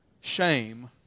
shame